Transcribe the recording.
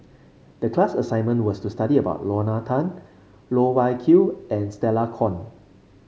the class assignment was to study about Lorna Tan Loh Wai Kiew and Stella Kon